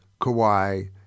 Kawhi